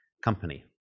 company